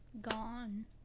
gone